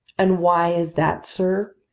and why is that, sir?